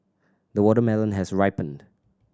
the watermelon has ripened